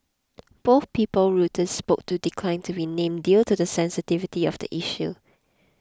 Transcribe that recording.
both people Reuters spoke to declined to be named due to the sensitivity of the issue